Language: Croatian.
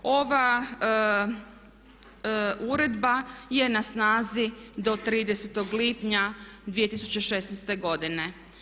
Ova uredba je na snazi do 30.lipnja 2016.godine.